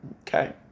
Okay